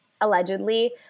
allegedly